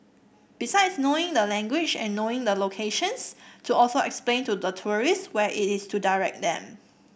besides knowing the language and knowing the locations to also explain to the tourist where it is to direct them